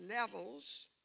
levels